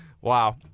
wow